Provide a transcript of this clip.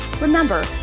Remember